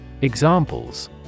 Examples